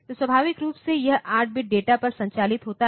तो स्वाभाविक रूप से यह 8 बिट डेटा पर संचालित होता है